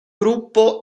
gruppo